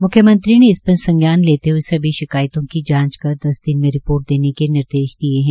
म्ख्यमंत्री ने इस संज्ञान लेते हए सभी शिकायतों की जांच कर दस दिन में रिपोर्ट के निर्देश दिए है